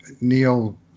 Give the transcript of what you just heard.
Neil